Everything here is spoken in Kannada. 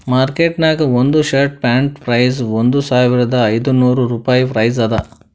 ಮಾರ್ಕೆಟ್ ನಾಗ್ ಒಂದ್ ಶರ್ಟ್ ಪ್ಯಾಂಟ್ದು ಪ್ರೈಸ್ ಒಂದ್ ಸಾವಿರದ ಐದ ನೋರ್ ರುಪಾಯಿ ಪ್ರೈಸ್ ಅದಾ